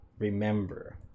Remember